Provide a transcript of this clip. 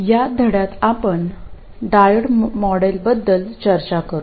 या धड्यात आपण डायोड मॉडेलबद्दल चर्चा करू